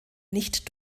nicht